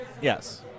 Yes